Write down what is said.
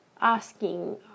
asking